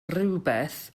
rhywbeth